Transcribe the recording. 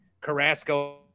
Carrasco